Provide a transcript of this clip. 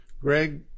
Greg